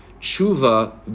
tshuva